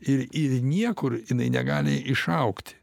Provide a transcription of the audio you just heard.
ir ir niekur jinai negali išaugti